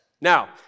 Now